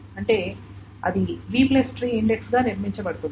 అంటే అది B tree index గా నిర్మించబడింది